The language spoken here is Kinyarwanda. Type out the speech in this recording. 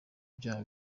byaha